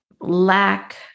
lack